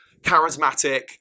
charismatic